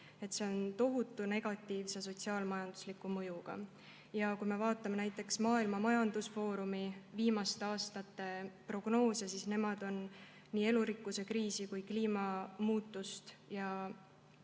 Sel on tohutu negatiivne sotsiaal-majanduslik mõju. Kui me vaatame näiteks Maailma Majandusfoorumi viimaste aastate prognoose, siis näeme, et nendes on nii elurikkuse kriisi kui ka kliimamuutust